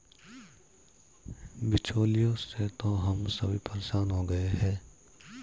बिचौलियों से तो हम सभी परेशान हो गए हैं